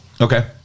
okay